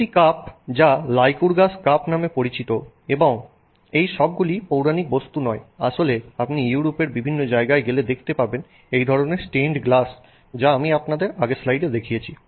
একটি কাপ যা Lycurgus cup নামে পরিচিত এবং এই সবগুলি পৌরাণিক বস্তু নয় আসলে আপনি ইউরোপের বিভিন্ন জায়গায় গেলে দেখতে পাবে এই ধরনের স্টেনড গ্লাস যা আমি আপনাদের আগের স্লাইডে দেখিয়েছি